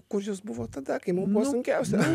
kur jus buvot tada kai mum buvo sunkiausia